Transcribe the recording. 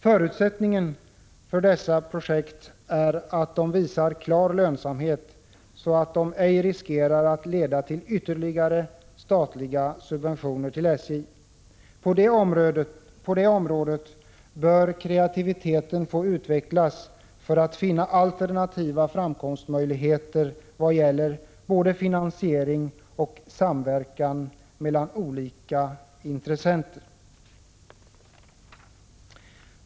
Förutsättningen för dessa projekt är att de visar klar lönsamhet, så att de ej riskerar att leda till ytterligare statliga subventioner till SJ. På det området bör kreativiteten få utvecklas för att man skall finna alternativa framkomstmöjligheter vad gäller både finansiering och samverkan mellan olika intressenter.